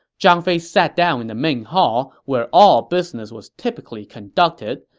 zhang fei sat down in the main hall, where all business was typically conducted,